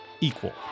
equal